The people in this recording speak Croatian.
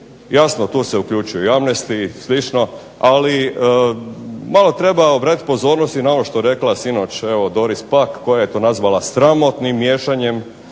Jasno tu se uključuje i amnesty i sl. ali malo treba obratiti pozornost na ono što je rekla Doris Pak koja je to nazvala sramotnim miješanjem,